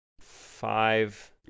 five